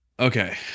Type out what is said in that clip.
Okay